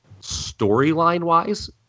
storyline-wise